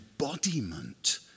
embodiment